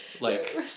like-